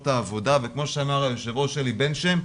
את העבודה וכמו שאמר היו"ר שלי בן שם,